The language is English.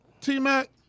T-Mac